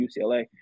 UCLA